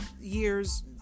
years